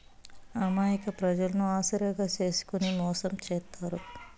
అమాయక ప్రజలను ఆసరాగా చేసుకుని మోసం చేత్తారు